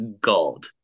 gold